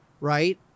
right